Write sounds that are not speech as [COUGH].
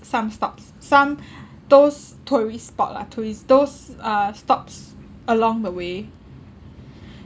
some stops some [BREATH] those tourist spot lah tourist those uh stops along the way